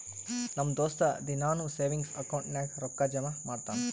ನಮ್ ದೋಸ್ತ ದಿನಾನೂ ಸೇವಿಂಗ್ಸ್ ಅಕೌಂಟ್ ನಾಗ್ ರೊಕ್ಕಾ ಜಮಾ ಮಾಡ್ತಾನ